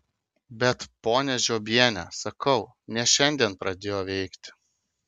bet ponia žiobiene sakau ne šiandien pradėjo veikti